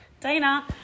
Dana